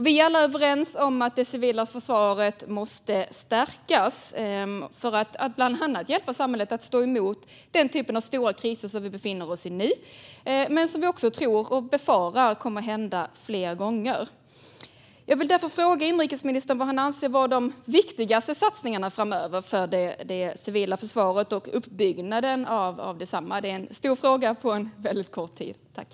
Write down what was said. Vi är alla överens om att det civila försvaret måste stärkas för att bland annat hjälpa samhället att stå emot den typ av stora kriser som vi befinner oss i nu men som vi också tror och befarar kommer att inträffa fler gånger. Jag vill därför fråga inrikesministern vilka han anser vara de viktigaste satsningarna framöver för det civila försvaret och uppbyggnaden av detsamma. Det är en stor fråga och väldigt kort tid att svara på.